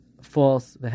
false